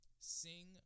Sing